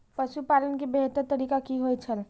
पशुपालन के बेहतर तरीका की होय छल?